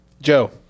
Joe